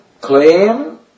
claim